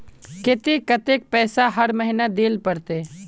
केते कतेक पैसा हर महीना देल पड़ते?